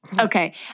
Okay